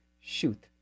shoot